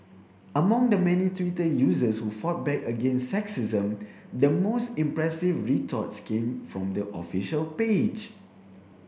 among the many Twitter users who fought back against sexism the most impressive retorts came from the official page